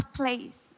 place